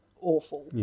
awful